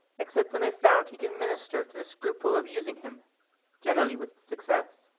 except when they found he could minister to the scruple of using him generally with success.